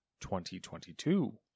2022